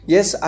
Yes